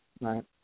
right